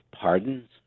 pardons